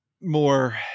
more